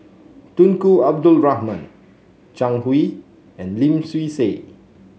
Tunku Abdul Rahman Zhang Hui and Lim Swee Say